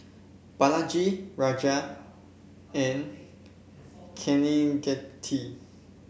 Balaji Razia and Kaneganti